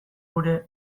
gure